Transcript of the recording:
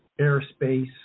airspace